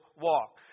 walk